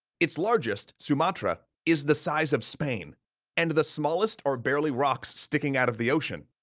its largest, sumatra, is the size of spain and the smallest are barely rocks sticking out of the ocean.